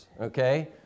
okay